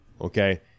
Okay